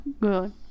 Good